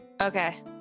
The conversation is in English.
Okay